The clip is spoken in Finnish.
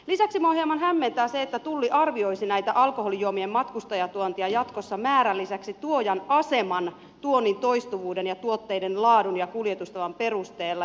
lisäksi minua hieman hämmentää se että tulli arvioisi alkoholijuomien matkustajatuontia jatkossa määrän lisäksi tuojan aseman tuonnin toistuvuuden ja tuotteiden laadun ja kuljetustavan perusteella